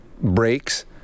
breaks